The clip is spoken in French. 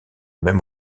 même